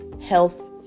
health